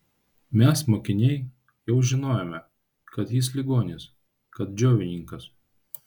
mes mokiniai jau žinojome kad jis ligonis kad džiovininkas